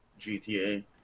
GTA